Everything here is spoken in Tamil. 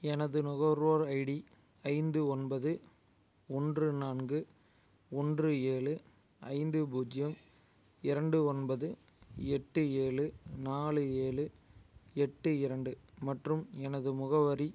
எனது நுகர்வோர் ஐடி ஐந்து ஒன்பது ஒன்று நான்கு ஒன்று ஏழு ஐந்து பூஜ்ஜியம் இரண்டு ஒன்பது எட்டு ஏழு நாலு ஏழு எட்டு இரண்டு மற்றும் எனது முகவரி